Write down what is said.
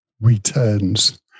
returns